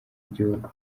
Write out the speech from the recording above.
igihugu